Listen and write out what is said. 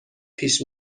پیش